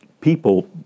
people